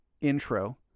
intro